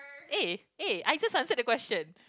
eh eh I just answered the question